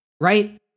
right